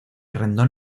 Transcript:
rendón